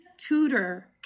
tutor